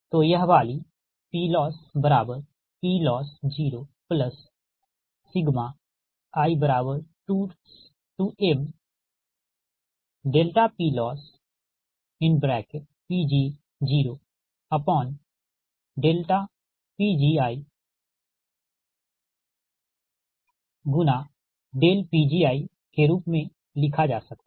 तो यह वाली PLossPLoss0i2mPLossPg0PgiPgi के रूप में लिखा जा सकता है